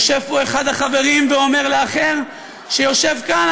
יושב פה אחד החברים ואומר לאחר שיושב כאן,